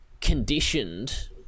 conditioned